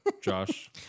Josh